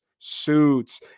suits